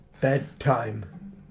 Bedtime